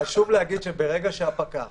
חשוב להגיד, שברגע שהפקח